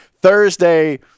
Thursday –